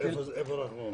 איפה אנחנו עומדים?